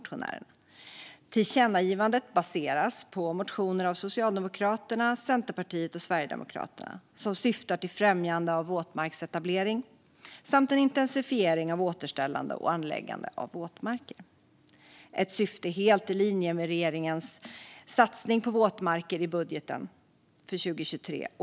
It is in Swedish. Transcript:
Tillkännagivandet baseras på motioner av Socialdemokraterna, Centerpartiet och Sverigedemokraterna och syftar till främjande av våtmarksetablering och en intensifiering av återställande och anläggande av våtmarker. Detta syfte är helt i linje med regeringens uttalade ambitioner och satsning på våtmarker i budgeten för 2023.